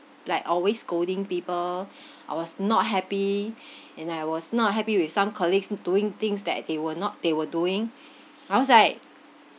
like always scolding people I was not happy and I was not happy with some colleagues doing things that they will not they were doing I was like